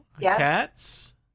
Cats